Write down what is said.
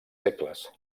segles